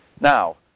Now